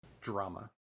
drama